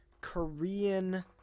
korean